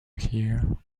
here